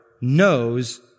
knows